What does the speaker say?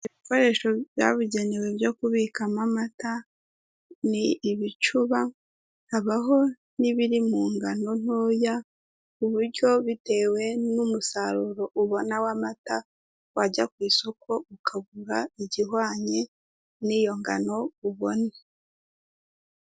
Ibikoresho babugenewe byo kubikamo amata, ni ibicuba habaho n'ibiri mu ngano ntoya, ku buryo bitewe n'umusaruro ubona w'amata, wajya ku isoko, ukagura igihwanye n'iyo ngano ubona.